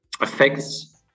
affects